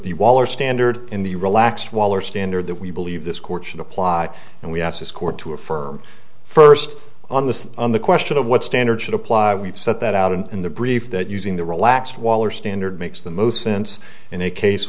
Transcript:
the waller standard in the relaxed waller standard that we believe this court should apply and we asked this court to affirm first on this on the question of what standard should apply we've set that out in the brief that using the relaxed waller standard makes the most sense in a case